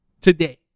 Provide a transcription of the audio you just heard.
today